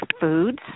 foods